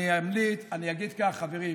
אני אגיד כך, חברים.